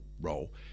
role